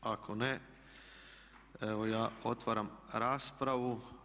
Ako ne, evo ja otvaram raspravu.